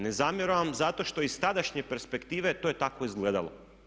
Ne zamjeram vam zato što iz tadašnje perspektive to je tako izgledalo.